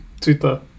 twitter